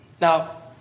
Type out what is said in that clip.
Now